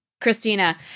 Christina